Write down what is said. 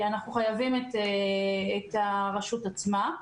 אנחנו חייבים את הרשות עצמה.